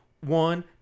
one